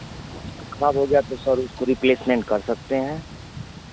तो खराब हो गया तो सर उसको रिप्लेसमेंट कर सकते हैं